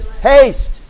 haste